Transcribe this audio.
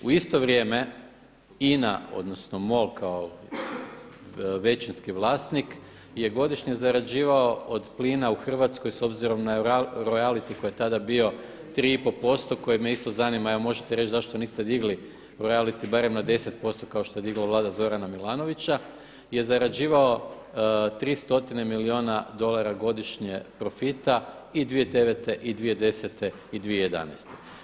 U isto vrijeme INA, odnosno MOL kao većinski vlasnik je godišnje zarađivao od plina u Hrvatskoj s obzirom na royality koji je tada bio 3,5% koje me isto zanima, evo možete reći zašto niste dili royality barem na 10% kao što je digla Vlada Zorana Milanovića je zarađivao 3 stotine milijuna dolara godišnje profita i 2009. i 2010. i 2011.